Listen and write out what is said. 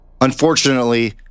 Unfortunately